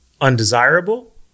undesirable